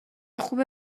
خوبه